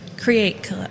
create